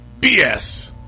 BS